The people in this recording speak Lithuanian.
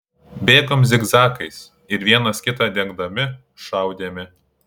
bėgom zigzagais ir vienas kitą dengdami šaudėme